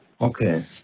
Okay